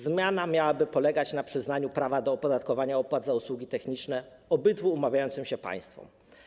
Zmiana miałaby polegać na przyznaniu prawa do opodatkowania opłat za usługi techniczne obydwu umawiającym się państwom.